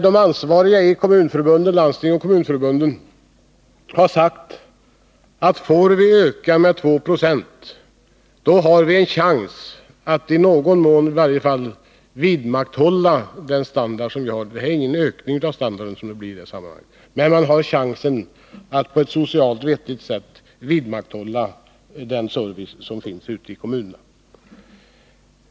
De ansvariga i landsting och kommunförbund har sagt att ”får vi öka volymen med 2 96 har vi en chans att i någon mån vidmakthålla vår nuvarande standard”. Det blir ingen ökning av standarden, men det blir möjligt att på ett socialt vettigt sätt upprätthålla den service som finns i kommunerna.